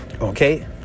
Okay